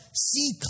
see